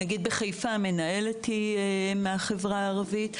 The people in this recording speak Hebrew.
בחיפה למשל המנהלת היא מהחברה הערבית.